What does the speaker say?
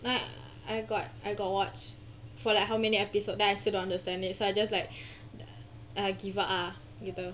mm I got I got watch for like how many episode then I still don't understand it so I just like I give up ah begitu